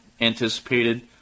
anticipated